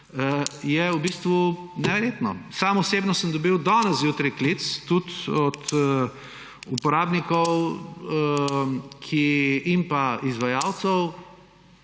je v bistvu neverjetno. Sam osebno sem dobil danes zjutraj klic, tudi od uporabnikov in izvajalcev,